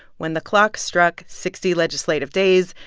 when the clock struck sixty legislative days,